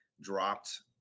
dropped